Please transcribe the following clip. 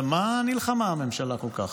על מה נלחמה הממשלה כל כך?